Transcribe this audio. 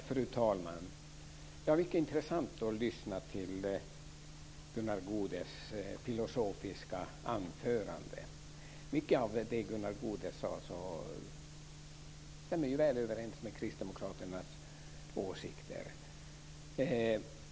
Fru talman! Det var mycket intressant att lyssna till Gunnar Goudes filosofiska anförande. Mycket av det han sade stämmer väl överens med Kristdemokraternas åsikter.